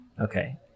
Okay